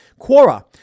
Quora